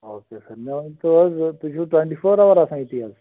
okay sir مےٚ ؤنۍ تو حظ تُہۍ چھُ ٹوَنٹی فور اَوَر آسان ییٚتی حظ